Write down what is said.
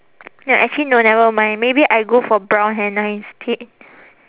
ya actually no never mind maybe I go for brown henna instead